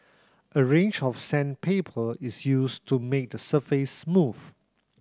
a range of sandpaper is used to make the surface smooth